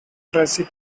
tracey